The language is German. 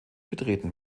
betreten